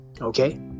okay